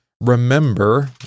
Remember